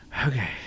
Okay